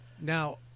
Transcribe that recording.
Now